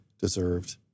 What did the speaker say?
deserved